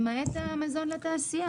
למעט מזון לתעשייה.